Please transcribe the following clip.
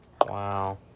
wow